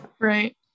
right